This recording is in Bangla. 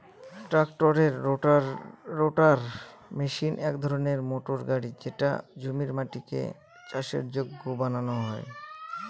ট্রাক্টরের রোটাটার মেশিন এক ধরনের মোটর গাড়ি যেটাতে জমির মাটিকে চাষের যোগ্য বানানো হয়